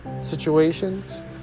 situations